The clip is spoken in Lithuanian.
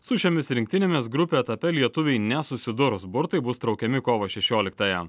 su šiomis rinktinėmis grupių etape lietuviai nesusidurs burtai bus traukiami kovo šešioliktąją